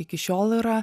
iki šiol yra